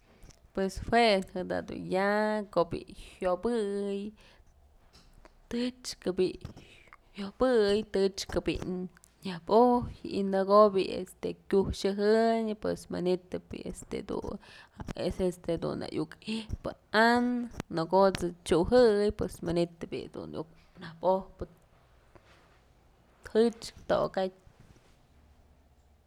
Pues jue ëjt's da'a dun ya ko'o bi'i jyobëy tëxkë bi'i jyobëy tëxkë nyabojyë y nëko'o bi'i este kyuxëjënyë pues manytë bi'i este dun este dun iuk ijpë an, nëkot's t'syujëy pues manytë bi'i dun iuk nabojpë tëkchë tokatyë.